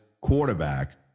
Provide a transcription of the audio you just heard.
quarterback